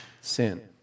Sin